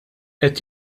qed